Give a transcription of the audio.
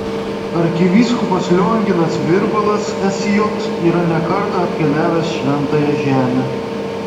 arkivyskupas lionginas virbalas sj yra ne kartą apkeliavęs šventąją žemę